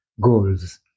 goals